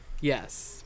Yes